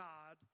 God